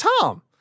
Tom